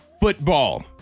football